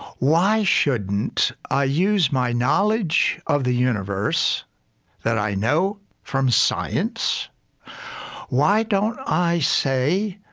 why shouldn't i use my knowledge of the universe that i know from science why don't i say,